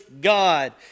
God